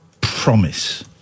promise